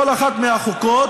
כל אחת מהחוקות,